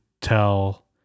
tell